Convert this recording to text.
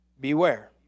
Beware